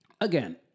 again